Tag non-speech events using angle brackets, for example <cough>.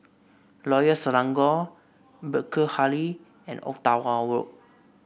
Royal Selangor Burkill <unintelligible> and Ottawa Road